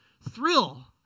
thrill